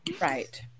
Right